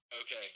Okay